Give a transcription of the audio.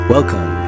Welcome